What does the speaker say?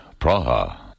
Praha